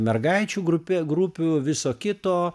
mergaičių grupė grupių viso kito